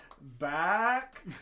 Back